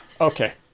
okay